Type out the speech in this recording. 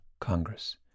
Congress